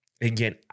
again